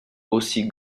aussi